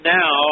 now